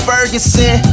Ferguson